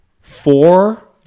four